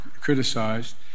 criticized